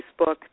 Facebook